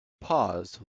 paused